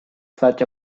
such